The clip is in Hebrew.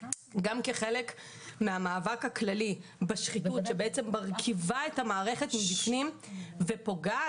גם כחלק מן המאבק הכללי בשחיתות שמרקיבה את המערכת מבפנים ופוגעת